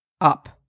up